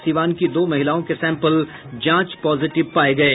सीवान की दो महिलाओं के सैंपल जांच पॉजिटिव पाये गये